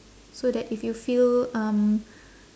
so that if you feel um